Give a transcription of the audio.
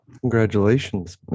congratulations